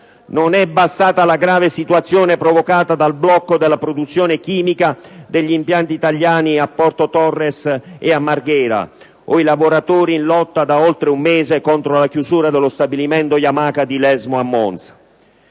Non è bastata la grave situazione provocata dal blocco della produzione chimica degli impianti italiani a Porto Torres e a Marghera o i lavoratori in lotta da oltre un mese contro la chiusura dello stabilimento Yamaha di Lesmo (Monza).